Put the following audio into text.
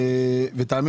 ואז,